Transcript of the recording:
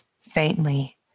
faintly